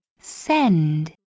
Send